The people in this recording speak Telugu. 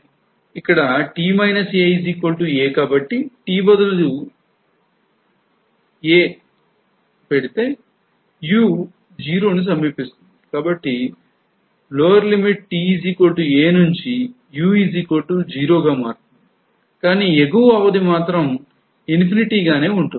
ta గా ఉన్న దిగువ అవధి u0 గా మారితే ఎగువ అవధి మాత్రం ఇన్ఫినిటీ గానే ఉంటుంది